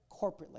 corporately